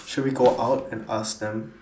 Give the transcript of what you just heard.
should we go out and ask them